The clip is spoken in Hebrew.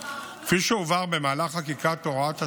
כפי שהובהר במהלך חקיקת הוראת השעה,